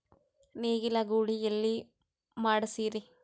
ನೇಗಿಲ ಗೂಳಿ ಎಲ್ಲಿ ಮಾಡಸೀರಿ?